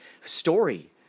story